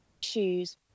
shoes